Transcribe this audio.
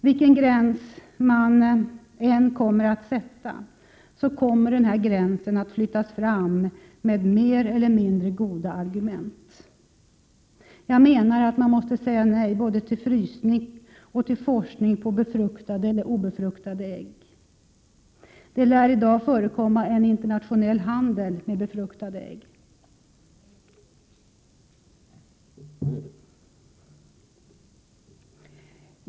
Vilken gräns man än kommer att sätta, kommer denna gräns att flyttas fram med mer eller mindre goda argument. Jag menar att man måste säga nej både till frysning och till forskning med befruktade eller obefruktade ägg. Det lär i dag förekomma en internationell handel med befruktade ägg.